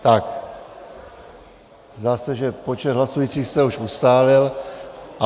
Tak, zdá se, že počet hlasujících se už ustálil.